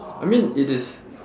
I mean it is